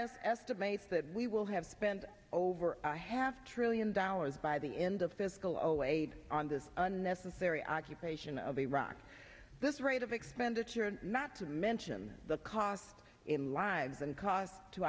s estimates that we will have spent over i have trillion dollars by the end of fiscal zero eight on this unnecessary occupation of iraq this rate of expenditure and not to mention the cost in lives and cost to